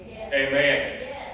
Amen